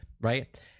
right